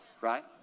Right